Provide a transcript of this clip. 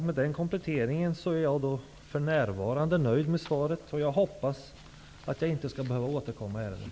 Med den kompletteringen är jag för närvarande nöjd. Jag hoppas att jag inte skall behöva återkomma i ärendet.